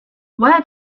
where